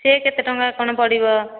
ସେ କେତେ ଟଙ୍କା କ'ଣ ପଡ଼ିବ